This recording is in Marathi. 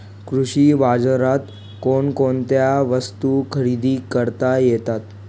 कृषी बाजारात कोणकोणत्या वस्तू खरेदी करता येतात